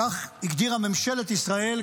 כך הגדירה ממשלת ישראל,